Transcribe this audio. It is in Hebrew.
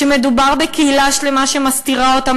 מדובר בקהילה שלמה שמסתירה אותם,